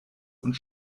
und